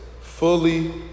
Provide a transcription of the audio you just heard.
fully